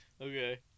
okay